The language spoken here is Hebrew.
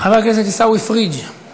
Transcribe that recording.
חבר הכנסת אמיר אוחנה, מוותר.